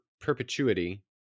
perpetuity